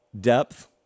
Depth